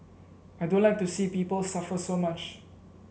I don't like to see people suffer so much